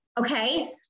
okay